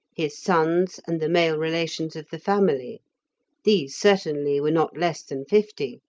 his sons and the male relations of the family these certainly were not less than fifty.